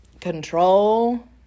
Control